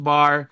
Bar